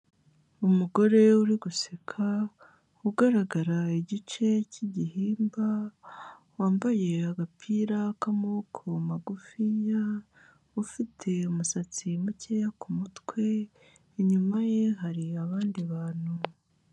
Umugore uri guseka ugaragara igice cy'igihimba wambaye agapira k'amaboko magufiya ufite umusatsi mukeya ku mutwe, inyuma ye hari abandi bantu.